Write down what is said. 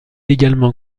également